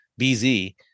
BZ